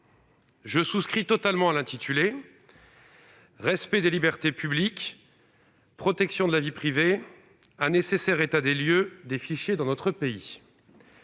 Je souscris totalement à l'intitulé du débat :« Respect des libertés publiques, protection de la vie privée : un nécessaire état des lieux des fichiers dans notre pays.